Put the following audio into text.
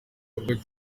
ibikorwa